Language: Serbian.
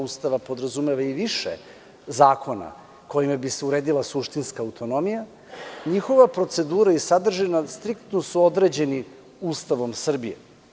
Ustava podrazumeva i više zakona kojima bi se uredila suštinska autonomija, njihova procedura i sadržina striktno su određene Ustavom Srbije.